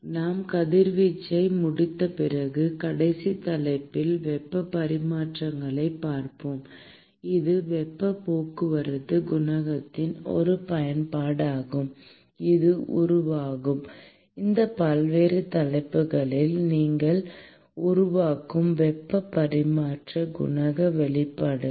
நாம் கதிர்வீச்சை முடித்த பிறகு கடைசி தலைப்பில் வெப்பப் பரிமாற்றிகளைப் பார்ப்போம் இது வெப்பப் போக்குவரத்து குணகத்தின் ஒரு பயன்பாடாகும் இது உருவாகும் இந்த பல்வேறு தலைப்புகளில் நீங்கள் உருவாக்கும் வெப்ப பரிமாற்ற குணக வெளிப்பாடுகள்